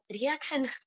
reaction